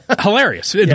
Hilarious